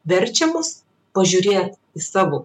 verčia mus pažiūrėt į savo